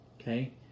Okay